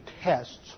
tests